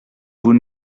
vous